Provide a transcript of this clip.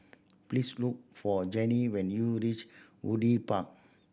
please look for Janine when you reach Woodleigh Park